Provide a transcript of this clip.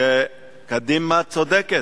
שקדימה צודקת.